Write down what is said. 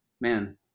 man